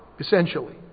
Essentially